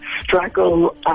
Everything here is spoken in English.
Struggle